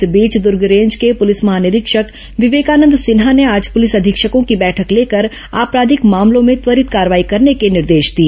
इस बीच दूर्ग रेंज के पुलिस महानिरीक्षक विवेकानंद सिन्हा ने आज पुलिस अधीक्षकों की बैठक लेकर आपराधिक मामलों में त्वरित कार्रवाई करने के निर्देश दिए